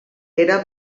era